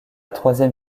troisième